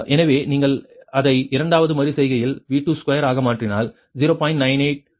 எனவே நீங்கள் அதை இரண்டாவது மறு செய்கையில் V22 ஆக மாற்றினால் 0